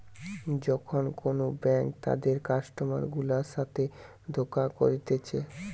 যখন কোন ব্যাঙ্ক তাদের কাস্টমার গুলার সাথে ধোকা করতিছে